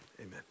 amen